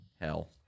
hell